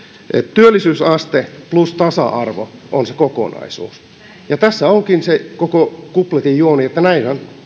työllisyysaste plus tasa arvo on se kokonaisuus tässä onkin se koko kupletin juoni että näinhän